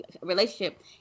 relationship